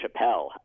Chappelle